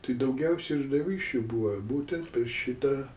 tai daugiausiai išdavysčių buvo būtent per šitą